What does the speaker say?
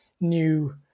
new